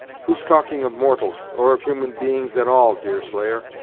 who's talking of mortals, or of human beings at all, deerslayer?